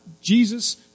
Jesus